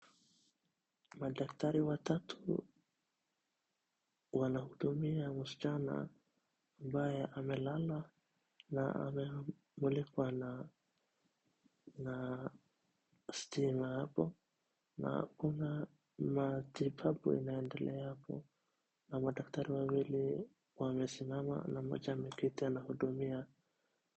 Madaktari watatu, wanahudumia msichana ambaye amelala, na amemulikwa na, na stima hapo, na kuna matibabu inaendelea hapo, na madaktari wawili wamesimama na mmoja ameketi anahudumia.